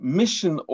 mission